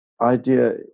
idea